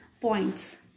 points